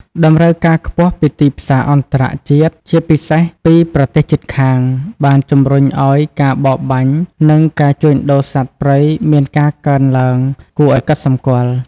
តម្រូវការខ្ពស់ពីទីផ្សារអន្តរជាតិ ជាពិសេសពីប្រទេសជិតខាង បានជំរុញឱ្យការបរបាញ់និងការជួញដូរសត្វព្រៃមានការកើនឡើងគួរឱ្យកត់សម្គាល់។